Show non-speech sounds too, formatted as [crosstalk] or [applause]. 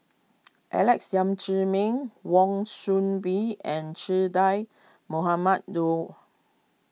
[noise] Alex Yam Ziming Wan Soon Bee and Che Dah Mohamed Noor